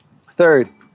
third